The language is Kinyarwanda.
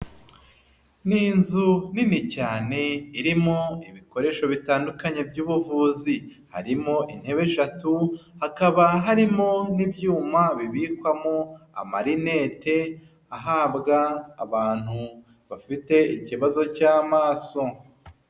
Ni inzu nini cyane irimo ibikoresho bitandukanye by'ubuvuzi, harimo intebe eshatu, hakaba harimo n'ibyuma bibikwamo amarinete ahabwa abantu bafite ikibazo cy'amaso.